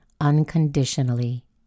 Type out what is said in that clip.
unconditionally